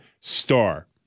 star